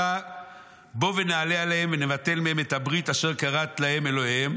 עתה בוא ונעלה עליהם ונבטל מהם את הברית אשר כרת להם אלוהיהם"